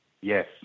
Yes